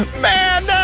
man that